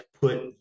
put